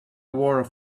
word